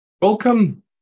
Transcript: Welcome